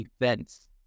events